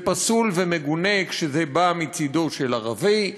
זה פסול ומגונה כשזה בא מצדו של ערבי,